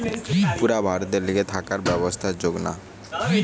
পুরা ভারতের লিগে থাকার ব্যবস্থার যোজনা